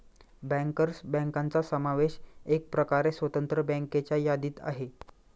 bankers बँकांचा समावेश एकप्रकारे स्वतंत्र बँकांच्या यादीत आहे